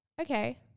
okay